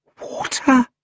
Water